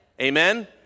Amen